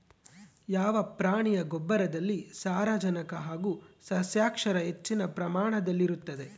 ಯಾವ ಪ್ರಾಣಿಯ ಗೊಬ್ಬರದಲ್ಲಿ ಸಾರಜನಕ ಹಾಗೂ ಸಸ್ಯಕ್ಷಾರ ಹೆಚ್ಚಿನ ಪ್ರಮಾಣದಲ್ಲಿರುತ್ತದೆ?